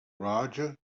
roger